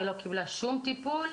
היא לא קיבלה שום טיפול.